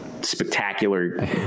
Spectacular